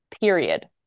period